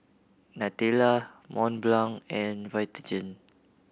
Nutella Mont Blanc and Vitagen